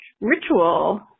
ritual